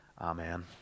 Amen